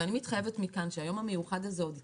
אני מתחייבת מכאן שהיום המיוחד הזה עוד יתקיים,